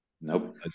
Nope